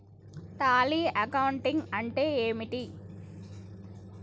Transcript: Tally accounting అంటే ఏమిటి?